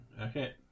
Okay